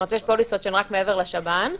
שהן מעבר לשב"ן,